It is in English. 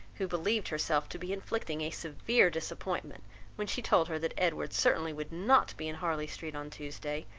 who believed herself to be inflicting a severe disappointment when she told her that edward certainly would not be in harley street on tuesday,